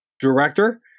director